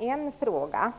en fråga.